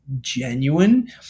Genuine